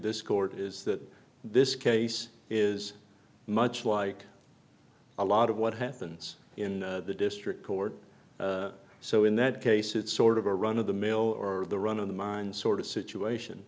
this court is that this case is much like a lot of what happens in the district court so in that case it's sort of a run of the mill or the run of the mind sort of situation